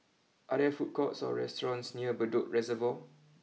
are there food courts or restaurants near Bedok Reservoir